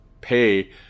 pay